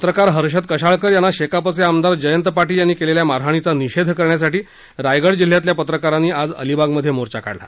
पत्रकार हर्षद कशाळकर यांना शेकापचे आमदार जयंत पाटील यांनी केलेल्या मारहाणीचा निषेध करण्यासाठी रायगड जिल्ह्यातल्या पत्रकारांनी आज अलिबागमध्ये मोर्चा काढला